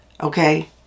Okay